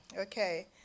Okay